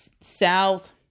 south